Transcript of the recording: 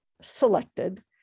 selected